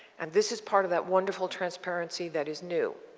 and this is part of that wonderful transparency that is new.